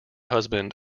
husband